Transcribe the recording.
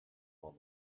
form